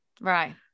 right